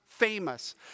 Famous